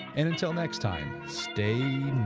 and, until next time stay